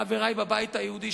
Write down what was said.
חברי בבית היהודי,